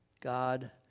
God